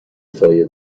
سایه